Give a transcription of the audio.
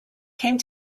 came